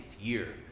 year